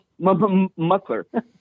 Muckler